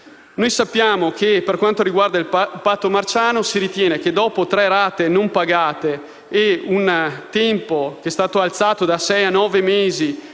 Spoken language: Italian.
Sappiamo che per quanto riguarda il patto marciano la norma prevede che dopo tre rate non pagate e un tempo che è stato alzato da sei a nove mesi